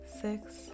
six